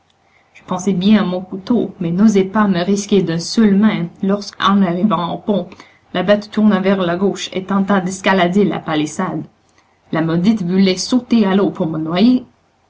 je pensais bien à mon couteau mais n'osais pas me risquer d'une seule main lorsqu'en arrivant au pont la bête tourna vers la gauche et tenta d'escalader la palissade la maudite voulait sauter à l'eau pour me noyer